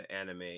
anime